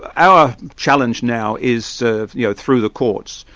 our challenge now is sort of you know through the courts.